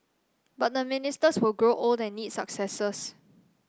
but the ministers will grow old and need successors